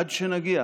עד שנגיע